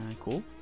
Cool